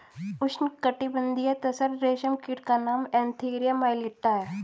उष्णकटिबंधीय तसर रेशम कीट का नाम एन्थीरिया माइलिट्टा है